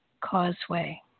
causeway